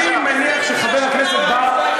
יהיה פרלמנט, אני מניח שחבר הכנסת בר,